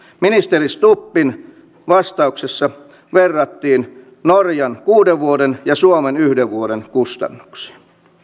ministeri stubbin vastauksessa verrattiin norjan kuuden vuoden ja suomen yhden vuoden kustannuksia